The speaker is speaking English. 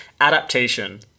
Adaptation